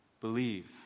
Believe